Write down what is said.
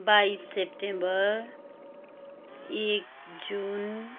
बाइस सेप्टेम्बर एक जुन